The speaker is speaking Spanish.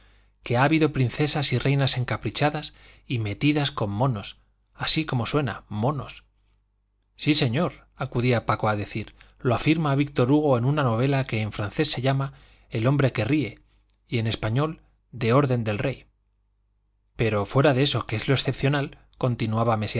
tales que ha habido princesas y reinas encaprichadas y metidas con monos así como suena monos sí señor acudía paco a decir lo afirma víctor hugo en una novela que en francés se llama el hombre que ríe y en español de orden del rey pero fuera de eso que es lo excepcional continuaba mesía